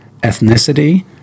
ethnicity